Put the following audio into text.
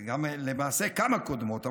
ולמעשה כמה קודמות,